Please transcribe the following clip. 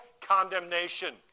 condemnation